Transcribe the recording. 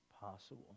possible